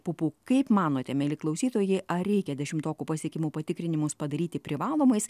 pupų kaip manote mieli klausytojai ar reikia dešimtokų pasiekimų patikrinimus padaryti privalomais